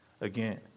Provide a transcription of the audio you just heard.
again